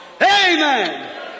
Amen